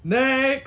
next